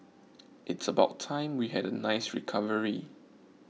it's about time we had a nice recovery